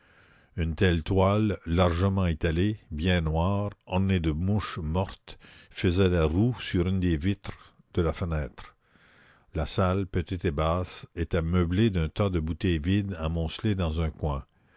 une telle toile largement étalée bien noire ornée de mouches mortes faisait la roue sur une des vitres de la fenêtre la salle petite et basse était meublée d'un tas de bouteilles vides amoncelées dans un coin